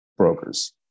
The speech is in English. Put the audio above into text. brokers